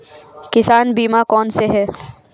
किसान बीमा कौनसे हैं?